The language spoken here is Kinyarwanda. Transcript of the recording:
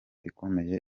ikomeye